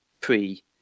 pre